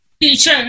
teacher